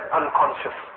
unconscious